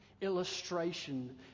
illustration